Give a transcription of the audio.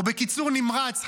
או בקיצור נמרץ,